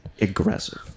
aggressive